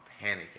panicking